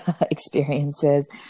experiences